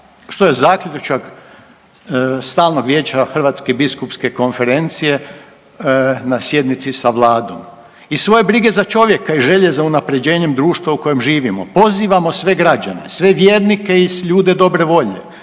što je zaključak stalnog vijeća Hrvatske biskupske konferencije na sjednici sa vladom i svoje brige za čovjeka i želje za unapređenjem društva u kojem živimo, pozivamo sve građane, sve vjernike i ljude dobre volje